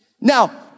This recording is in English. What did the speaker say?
Now